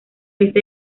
este